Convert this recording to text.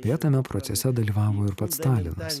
beje tame procese dalyvavo ir pats stalinas